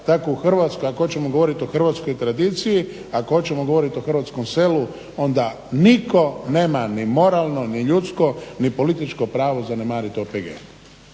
ako hoćemo govoriti o hrvatskoj tradiciji, ako hoćemo govoriti o hrvatskom selu onda niko nema ni moralno, ni ljudsko ni političko pravo zanemariti OPG.